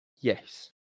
yes